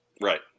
Right